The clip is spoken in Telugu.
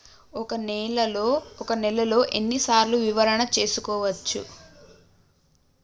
ఒక నెలలో ఎన్ని సార్లు వివరణ చూసుకోవచ్చు?